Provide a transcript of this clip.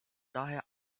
daher